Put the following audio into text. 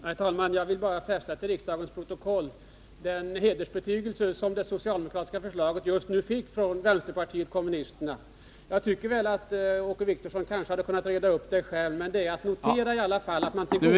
Herr talman! Jag vill till riksdagens protokoll bara fästa den hedersbetygelse som det socialdemokratiska förslaget förärades med av vpk. Jag tycker att Åke Wictorsson skulle ha kunnat reda upp detta själv.